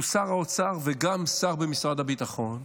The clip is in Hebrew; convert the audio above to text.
שהוא שר האוצר וגם שר במשרד הביטחון,